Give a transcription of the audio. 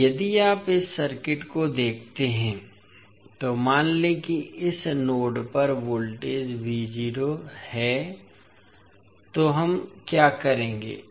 अब यदि आप इस सर्किट को देखते हैं तो मान लें कि इस नोड पर वोल्टेज है तो हम क्या करेंगे